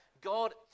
God